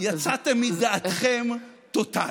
יצאתם מדעתכם טוטלית.